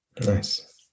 Nice